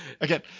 Again